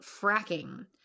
fracking